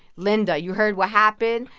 linda, you heard what happened?